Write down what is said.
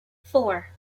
four